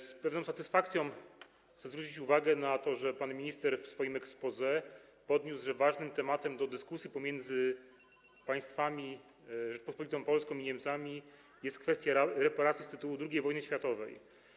Z pewną satysfakcją chcę zwrócić uwagę na to, że pan minister w swoim exposé podniósł, że ważnym tematem do dyskusji pomiędzy Rzecząpospolitą Polską i Niemcami jest kwestia reparacji z tytułu II wojny światowej.